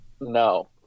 No